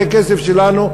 זה כסף שלנו,